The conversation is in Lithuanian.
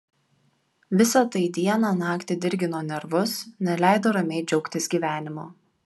visa tai dieną naktį dirgino nervus neleido ramiai džiaugtis gyvenimu